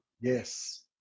Yes